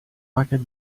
packed